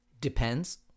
Depends